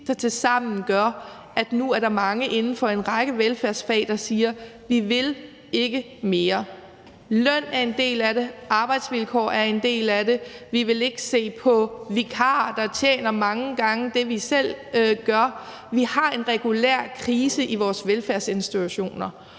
der tilsammen gør, at der nu er mange inden for en række velfærdsfag, der siger: Vi vil ikke mere. Løn er en del af det, arbejdsvilkår er en del af det, og de vil ikke se på vikarer, der tjener mange gange det, de selv gør. Vi har en regulær krise i vores velfærdsinstitutioner,